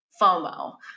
FOMO